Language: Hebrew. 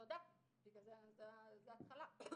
תודה, זה התחלה.